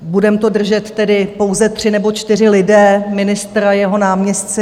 Budeme to držet tedy pouze tři nebo čtyři lidé, ministr a jeho náměstci.